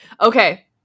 Okay